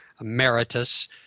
emeritus